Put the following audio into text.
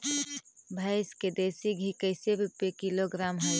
भैंस के देसी घी कैसे रूपये किलोग्राम हई?